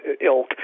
ilk